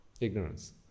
ignorance